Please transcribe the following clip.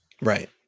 Right